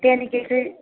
त्यहाँदेखि चाहिँ